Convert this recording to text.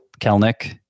Kelnick